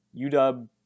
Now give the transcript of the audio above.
UW